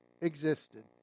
existed